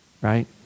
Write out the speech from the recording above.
right